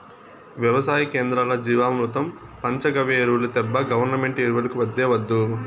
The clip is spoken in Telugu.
వెవసాయ కేంద్రాల్ల జీవామృతం పంచగవ్య ఎరువులు తేబ్బా గవర్నమెంటు ఎరువులు వద్దే వద్దు